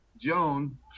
Joan